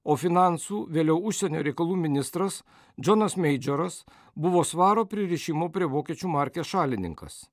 o finansų vėliau užsienio reikalų ministras džonas meidžoras buvo svaro pririšimo prie vokiečių markės šalininkas